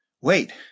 Wait